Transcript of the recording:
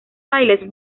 bailes